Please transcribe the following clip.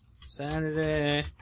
Saturday